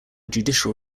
judicial